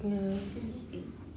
ya